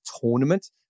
tournament